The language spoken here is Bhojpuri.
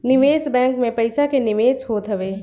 निवेश बैंक में पईसा के निवेश होत हवे